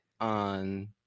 on